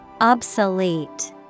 Obsolete